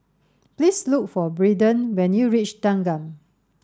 please look for Braeden when you reach Thanggam